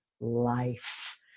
life